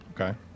Okay